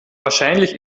wahrscheinlich